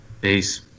Peace